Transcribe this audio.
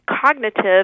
cognitive